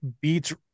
beats